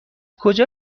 کجا